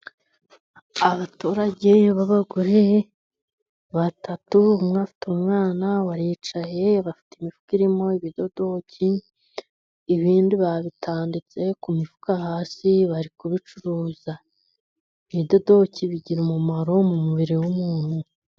Abaturage b'abagore; batatu umwe afite umwana, baricaye bafite imifuka irimo ibidodoki, ibindi babitambitse ku mifuka hasi, bari kubicuruza. Ibidodoki bigira umumaro mu mubiri w'umuntu.